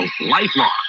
lifelong